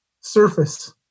surface